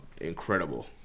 Incredible